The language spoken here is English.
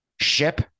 ship